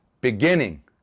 beginning